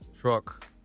truck